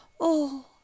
Oh